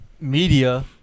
media